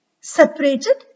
separated